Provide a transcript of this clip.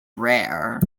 rare